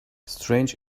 strange